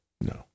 No